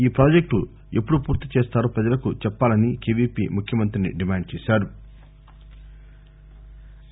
ఈ ప్రాజెక్టు ఎప్పుడు పూర్తి చేస్తారో ప్రజలకు చెప్పాలని కేవీపీ ముఖ్యమంతిని డిమాండ్ చేశారు